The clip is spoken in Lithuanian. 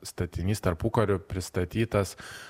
statinys tarpukariu pristatytas